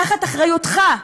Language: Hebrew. תחת אחריותך,